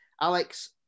Alex